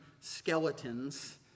skeletons